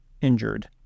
injured